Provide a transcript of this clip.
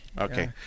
Okay